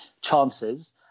chances